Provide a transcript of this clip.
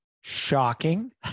Shocking